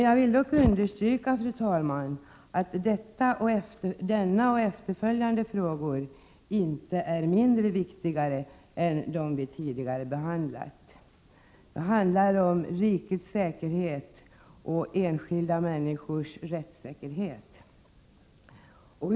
Jag vill dock, fru talman, understryka att denna och efterföljande frågor inte är mindre viktiga än de frågor som vi har behandlat tidigare. Det handlar om rikets säkerhet och enskilda människors rättssäkerhet.